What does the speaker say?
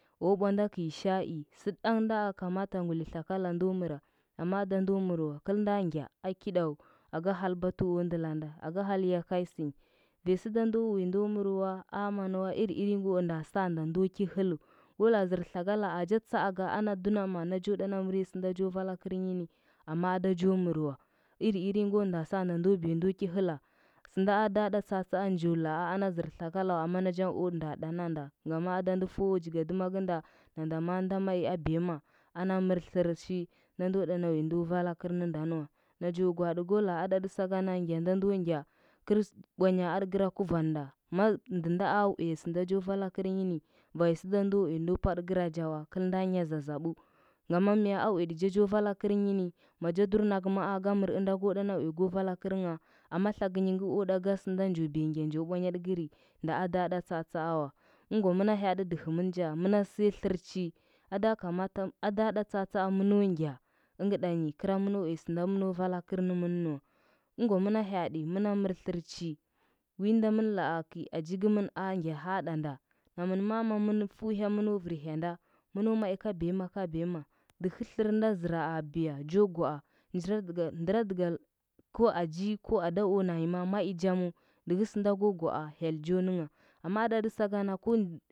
O bwanda kɚi shai sɚ ɗang nda kamata nguli tlakala ndo mɚra amma ada ndo mɚr wa, kɚlnda ngya ada kiɗa wu aka hal batu o ndɚlanda, aka hal yakai banya sɚda ndo uya ndo mɚr wa aamamua iri irin yingɚ o nda sa nda ndo ki hɚlu yo la zɚr tlakala acha tseaka aha dunama na cho ɗana mɚryo sɚnd jo vala kɚmyi ni, amma ada jo mɚrwa iri irinyingo nda saanda ndo biya ki hɚla sɚnda ada ɗa tsatsaa njo laa ana zɚr tlakala wa amma nachangɚ o nda ɗananda ngama ada nda fusa jigadɚma kɚnda nanda ma nda mai abiyama mɚr tlɚrchi nda ndo ɗana uya ndo vala kɚrnɚndanɚ uya ndo vala kɚrnɚndanɚ wa nacho gwaaɗi ko laa adati sakana ngya nda ndo ngya kɚr ɗanya atɚ gɚra kuvanda ma ndɚ nda a uya sɚnda jo vala gɚrnyi ni vanyi sɚda ndo uya ndo patɚ kɚracha wa kɚlnda nya zazabu ngama auyatɚcha jo vala gɚrnyi ni macha dur nagɚmaa a mɚr ɚnda go ɗana uya go vala gɚrngha amma tlagɚnyi gɚ o ɗa ga sɚnda njo biya ngya njo bwanya tɚgɚri. nda ada ɗa tsaatsaa wa, ɚngwa mɚna hyaɗi dɚhɚmɚn ja mɚna fiya tlɚrchi ada kamata, ada ɗa tsaatsaa mɚno ngyo ɚngɚ ɗanyi kɚra mɚno ya sɚnda mɚno vala kɚrnɚmɚnɚ wa ɚngwa mɚna hyaaɗi mɚna mɚr flɚrchi wunda mɚn laa kɚi aji kɚmɚn a ngya hanɗa nda namɚn ma mamɚn fu hyamɚno vir hyanda dɚhɚ tlɚr da zɚra a bwa jo gwae ndradɚgal ko aji, ko ada o nanyi ma mai jamu dɚhɚ sɚnda go gwaa hyel jo nɚngha amma adati sagana.